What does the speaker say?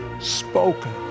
spoken